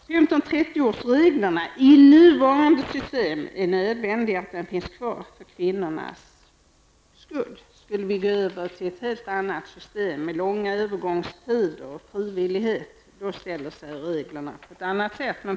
15--30 årsreglerna i nuvarande system är nödvändiga med hänsyn till kvinnorna. Skulle vi gå över till ett helt annat system med långa övergångstider och frivillighet, skulle det bli på ett annat sätt.